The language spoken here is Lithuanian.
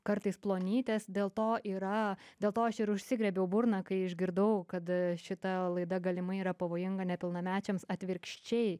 kartais plonytės dėl to yra dėl to aš ir užsigriebiau burną kai išgirdau kad šita laida galimai yra pavojinga nepilnamečiams atvirkščiai